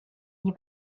nie